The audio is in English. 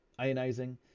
Ionizing